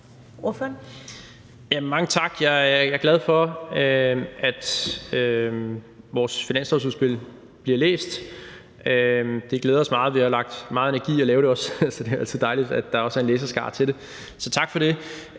Mange tak. Jeg er glad for, at vores finanslovsudspil bliver læst. Det glæder os meget. Vi har lagt meget energi i at lave det, så det er jo altid dejligt, at der også er en læserskare til det. Så tak for det.